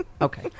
Okay